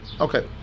Okay